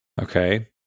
Okay